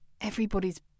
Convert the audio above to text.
everybody's